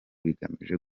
bigamije